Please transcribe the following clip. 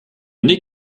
n’est